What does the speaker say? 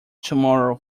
tomorrow